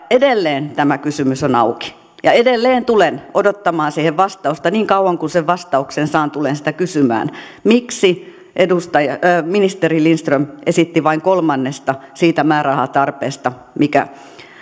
edelleen tämä kysymys on auki ja edelleen tulen odottamaan siihen vastausta niin kauan kunnes sen vastauksen saan tulen sitä kysymään miksi ministeri lindström esitti vain kolmannesta siitä määrärahatarpeesta mikä